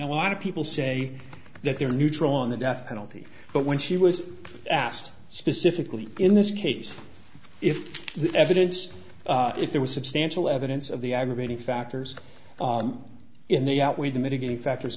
know a lot of people say that they were neutral on the death penalty but when she was asked specifically in this case if the evidence if there was substantial evidence of the aggravating factors in the outweighed the mitigating factors